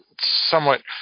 somewhat